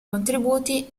contributi